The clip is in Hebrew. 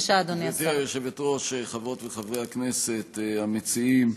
היושבת-ראש, חברות וחברי הכנסת המציעים,